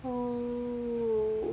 oh